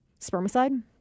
spermicide